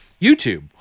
YouTube